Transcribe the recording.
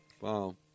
Wow